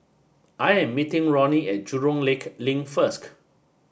I am meeting Ronnie at Jurong Lake Link first